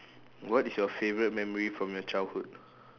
what is your favourite memory from your childhood